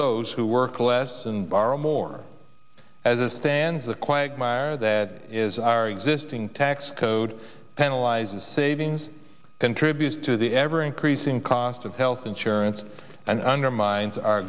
those who work less and borrow more as it stands the quagmire that is our existing tax code penalizes savings contributes to the ever increasing cost of health insurance and undermines our